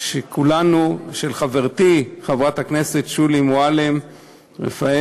של חברתי חברת הכנסת שולי מועלם-רפאלי,